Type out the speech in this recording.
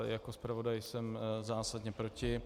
Jako zpravodaj jsem zásadně proti.